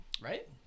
Right